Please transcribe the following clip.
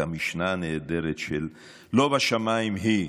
את המשנה הנהדרת "לא בשמיים היא".